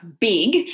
big